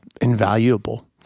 invaluable